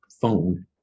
phone